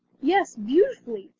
yes, beautifully,